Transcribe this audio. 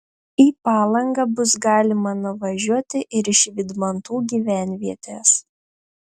į palangą bus galima nuvažiuoti ir iš vydmantų gyvenvietės